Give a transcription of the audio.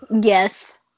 Yes